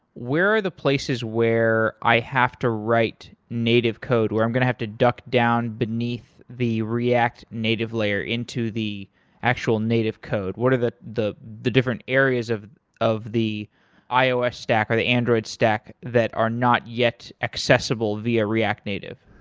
where are the places where i have to write native code, where i'm going to have to duck down beneath the react native layer into the actual native code. what are the the different areas of of the ios stack or the android stack that are not yet accessible via react native?